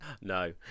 No